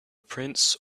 prince